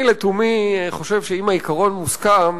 אני לתומי חושב שאם העיקרון מוסכם,